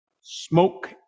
smoke